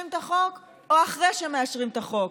את החוק או אחרי שמאשרים את החוק?